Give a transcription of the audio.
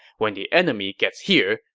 when the enemy gets here,